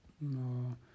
No